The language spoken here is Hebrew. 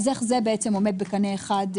איך זה עומד בקנה אחד,